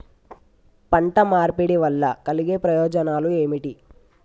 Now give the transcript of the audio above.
పంట మార్పిడి వల్ల కలిగే ప్రయోజనాలు ఏమిటి?